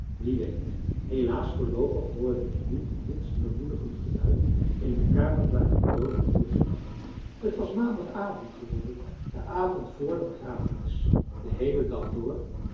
wie weet helaas voorloopig hoorde ik niet het minste bemoedigend geluid in de kamer waar mijn doode broertje lag het was maandagavond geworden de avond voor de begrafenis den heelen dag door